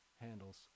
handles